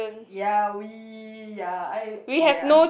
ya we ya I ya